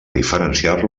diferenciar